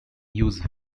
use